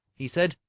he said,